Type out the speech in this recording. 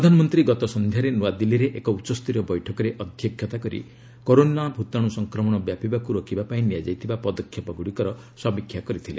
ପ୍ରଧାନମନ୍ତ୍ରୀ ଗତ ସନ୍ଧ୍ୟାରେ ନୁଆଦିଲ୍ଲୀରେ ଏକ ଉଚ୍ଚସ୍ତରୀୟ ବୈଠକରେ ଅଧ୍ୟକ୍ଷତା କରି କରୋନା ଭୂତାଣୁ ସଂକ୍ରମଣ ବ୍ୟାପିବାକୁ ରୋକିବା ପାଇଁ ନିଆଯାଇଥିବା ପଦକ୍ଷେପଗୁଡ଼ିକର ସମୀକ୍ଷା କରିଥିଲେ